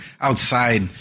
outside